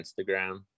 instagram